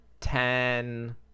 ten